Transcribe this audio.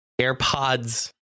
AirPods